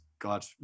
God